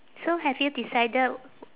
so have you decided